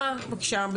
בבקשה.